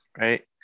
right